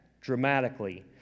dramatically